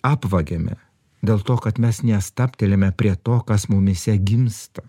apvagiame dėl to kad mes nestabtelime prie to kas mumyse gimsta